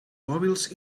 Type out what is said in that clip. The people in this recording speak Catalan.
mòbils